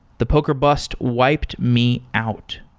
the poker bust wiped me out,